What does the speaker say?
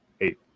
eight